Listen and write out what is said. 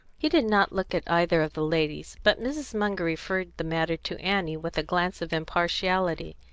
he did not look at either of the ladies, but mrs. munger referred the matter to annie with a glance of impartiality.